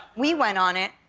we went on it.